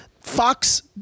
Fox